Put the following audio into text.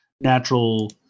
natural